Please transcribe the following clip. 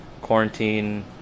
quarantine